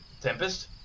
Tempest